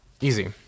easy